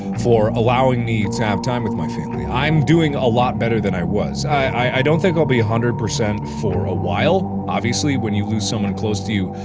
for, allowing me to have time with my family. i'm doing a lot better than i was. i i don't think i'll be one hundred percent for a while. obviously, when you lose someone close to you,